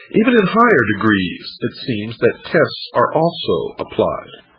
even in higher degrees it seems that tests are also applied.